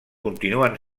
continuen